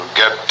get